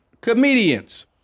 comedians